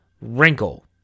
wrinkle